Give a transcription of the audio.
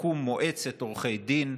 ותקום מועצת עורכי דין.